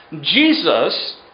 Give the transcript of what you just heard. Jesus